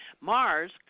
Mars